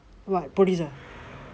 ஆமாம் புரியுது:aamaam puriyuthu